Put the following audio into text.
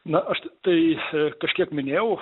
na aš tai kažkiek minėjau